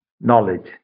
knowledge